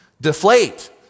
deflate